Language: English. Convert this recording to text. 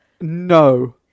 no